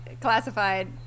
classified